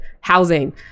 housing